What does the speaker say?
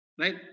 right